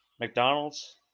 McDonald's